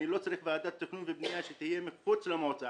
אני לא צריך ועדת תכנון ובנייה שתהיה מחוץ למועצה.